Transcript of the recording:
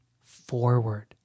forward